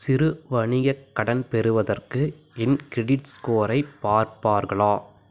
சிறு வணிகக் கடன் பெறுவதற்கு என் கிரெடிட் ஸ்கோரை பார்ப்பார்களா